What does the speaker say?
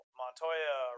montoya